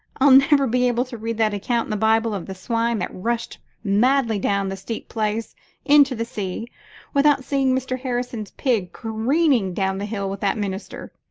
i'll never be able to read that account in the bible of the swine that rushed madly down the steep place into the sea without seeing mr. harrison's pig careering down the hill with that minister.